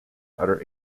other